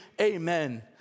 Amen